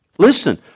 Listen